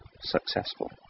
successful